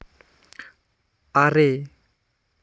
ᱟᱨᱮ